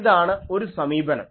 ഇതാണ് ഒരു സമീപനം